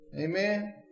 Amen